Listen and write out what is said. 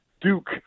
duke